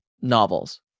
novels